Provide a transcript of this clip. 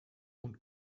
und